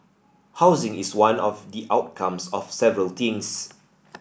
housing is one of the outcomes of several things